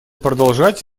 продолжать